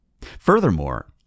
Furthermore